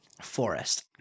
forest